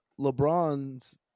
LeBron's